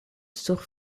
sur